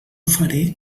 faré